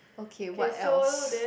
okay what else